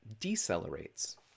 decelerates